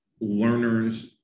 learners